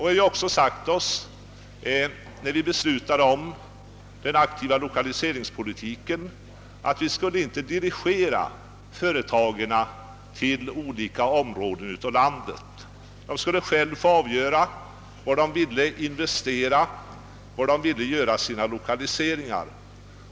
Det sades också, då vi fattade beslut om den aktiva lokaliseringspolitiken, att man inte skulle dirigera företagen till olika områden av landet. De skulle själva få avgöra var de ville investera och göra sina lokaliseringar.